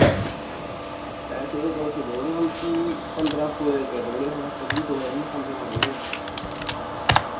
पैसे तुस देऊड़ेओ मिकी पन्दरां सौ रपेआ देऊड़ेओ थुआढ़ा पंजी सौ होआ इ'यां पन्दरां सौ देऊड़ेओ तुस